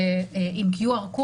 עם קוד QR,